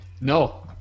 no